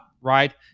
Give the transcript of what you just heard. right